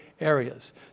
areas